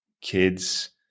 kids